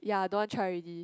ya don't want try already